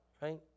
right